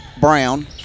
Brown